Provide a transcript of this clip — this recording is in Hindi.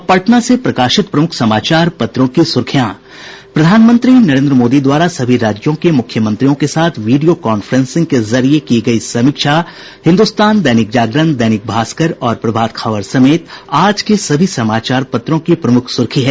अब पटना से प्रकाशित प्रमुख समाचार पत्रों की सुर्खियां प्रधानमंत्री नरेंद्र मोदी द्वारा सभी राज्यों के मुख्यमंत्रियों के साथ वीडियो कांफ्रेंसिंग के जरिये की गयी समीक्षा हिन्दुस्तान दैनिक जागरण दैनिक भास्कर और प्रभात खबर समेत आज के सभी समाचार पत्रों की प्रमुख सुर्खी है